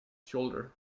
shoulder